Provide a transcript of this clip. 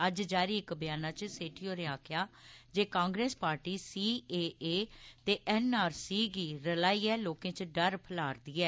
अज्ज जारी इक ब्याना च सेठी होरें आक्खेआ जे कांग्रेस पार्टी सीएए ते एनआरसी गी रलाइयै लोकें च डर फैला'रदी ऐ